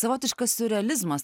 savotiškas siurrealizmas